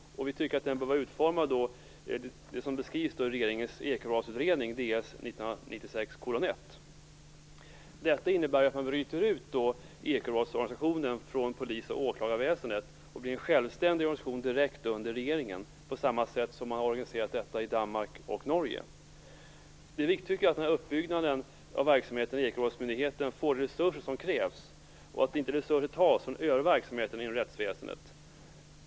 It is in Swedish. Vi tycker att den bör vara utformad som det står i regeringens ekobrottsutredning, Ds 1996:1. Detta innebär att ekobrottsorganisationen bryts ut från polis och åklagarväsendet och att den blir en självständig organisation direkt under regeringen, på samma sätt som man organiserat detta i Danmark och Uppbyggnaden av verksamheten vid den här ekobrottsmyndigheten måste få de resurser som krävs, men resurser skall inte tas från övriga verksamheter inom rättsväsendet.